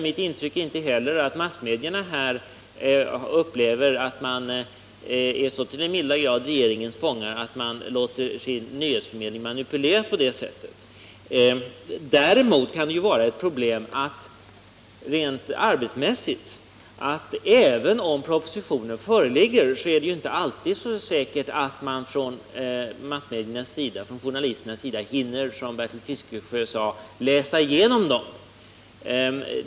Mitt intryck är inte heller att massmedierna upplever sig så till den milda grad som regeringens fångar att de låter sin nyhetsförmedling manipuleras på det sättet. Däremot kan det vara ett problem rent arbetsmässigt. Även om propositionen föreligger är det inte alltid säkert att journalisterna hinner, som Bertil Fiskesjö sade, läsa igenom den.